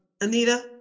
Anita